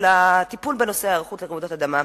לטיפול בנושא ההיערכות לרעידות אדמה.